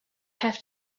have